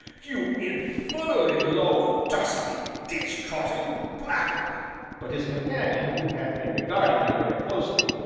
you infernally low, dusty, ditch-trotting blackguard but his companion, who had been regarding me very closely,